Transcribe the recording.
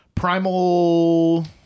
Primal